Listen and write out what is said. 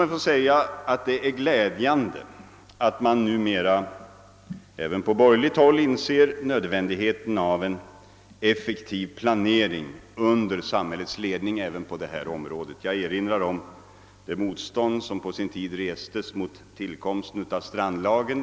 Det är glädjande att man numera även på borgerligt håll inser nödvändigheten av en effektiv planering under samhällets ledning på detta område. Jag erinrar om det motstånd som på sin tid restes mot tillkomsten av strandlagen.